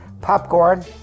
popcorn